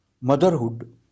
motherhood